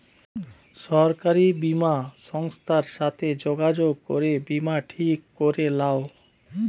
সরকারি বীমা সংস্থার সাথে যোগাযোগ করে বীমা ঠিক করে লাও